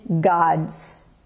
God's